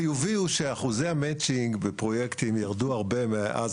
החיובי הוא שאחוזי המצ'ינג בפרויקטים ירדו הרבה מאז